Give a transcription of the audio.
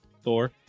Thor